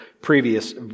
previous